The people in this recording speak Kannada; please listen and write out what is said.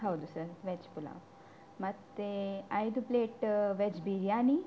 ಹೌದು ಸರ್ ವೆಜ್ ಪುಲಾವ್ ಮತ್ತು ಐದು ಪ್ಲೇಟ ವೆಜ್ ಬಿರ್ಯಾನಿ